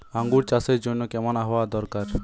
আঙ্গুর চাষের জন্য কেমন আবহাওয়া দরকার?